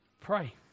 pray